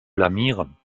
blamieren